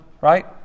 right